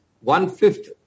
one-fifth